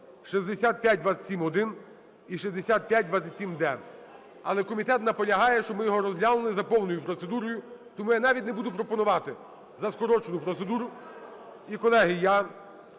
6527-1 і 6527-д). Але комітет наполягає, щоб ми його розглянули за повною процедурою, тому я навіть не буду пропонувати за скорочену процедуру.